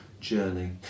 journey